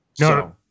No